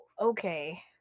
okay